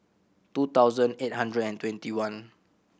two thousand eight hundred and twenty one